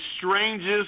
strangest